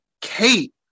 Kate